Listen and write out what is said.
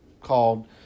called